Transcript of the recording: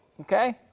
Okay